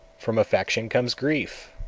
from affection comes grief,